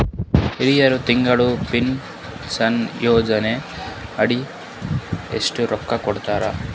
ಹಿರಿಯರಗ ತಿಂಗಳ ಪೀನಷನಯೋಜನ ಅಡಿ ಎಷ್ಟ ರೊಕ್ಕ ಕೊಡತಾರ?